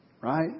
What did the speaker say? right